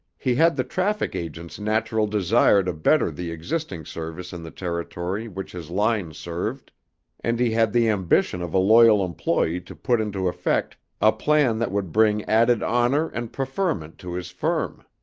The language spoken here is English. he had the traffic agent's natural desire to better the existing service in the territory which his line served and he had the ambition of a loyal employee to put into effect a plan that would bring added honor and preferment to his firm.